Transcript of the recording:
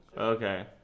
Okay